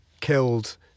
killed